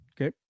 okay